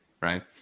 right